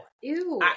Ew